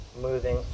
moving